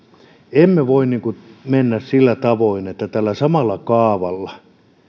emme voi mennä sillä tavoin että tällä samalla kaavalla